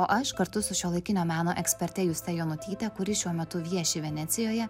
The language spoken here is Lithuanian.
o aš kartu su šiuolaikinio meno eksperte juste jonutyte kuri šiuo metu vieši venecijoje